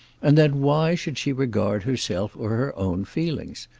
and then why should she regard herself or her own feelings?